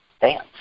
dance